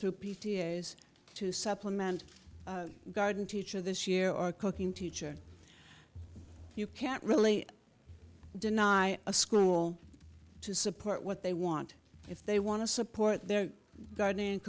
through p t a is to supplement garden teacher this year or cooking teacher you can't really deny a school to support what they want if they want to support their gardening